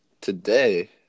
Today